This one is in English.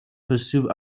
pursue